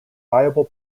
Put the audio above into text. viable